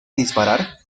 disparar